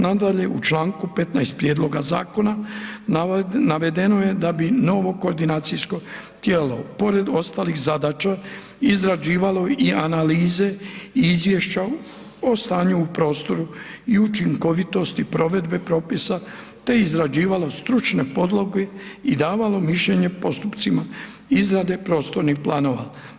Nadalje u čl. 15. prijedloga zakona navedeno je da bi novo koordinacijsko tijelo pored ostalih zadaća izrađivalo i analize i izvješća o stanju u prostoru i učinkovitosti provedbe propisa te izrađivalo stručne podloge i davalo mišljenje postupcima izrade prostornih planova.